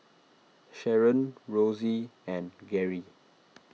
Sherron Rosey and Gary